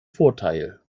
vorteil